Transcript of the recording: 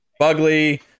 Bugly